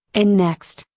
and next,